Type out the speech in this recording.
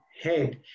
head